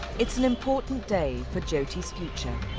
it's an important day for jyoti's future.